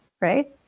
right